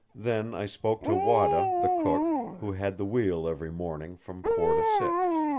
then i spoke to wada, the cook, who had the wheel every morning from four to six.